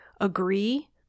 agree